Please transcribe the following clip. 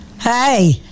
Hey